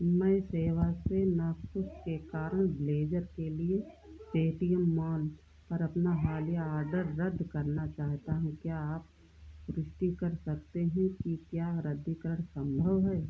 मैं सेवा से नाखुश के कारण ब्लेजर के लिए पेटीएम मॉल पर अपना हालिया आडर रद्द करना चाहता हूँ क्या आप प्रुष्टि कर सकते हैं कि क्या रद्दीकरण संभव है